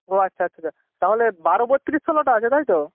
ও আচ্ছা আচ্ছা আচ্ছা তাহলে বারো বত্তিরিশ ষোলোটা আছে তাই তো